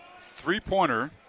three-pointer